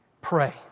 Pray